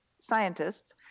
scientists